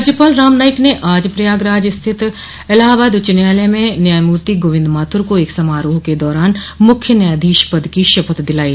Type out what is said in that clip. राज्यपाल राम नाईक ने आज प्रयागराज स्थित इलाहाबाद उच्च न्यायालय में न्यायमूर्ति गोविन्द माथुर को एक समारोह के दौरान मुख्य न्यायाधीश पद की शपथ दिलायी